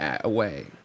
away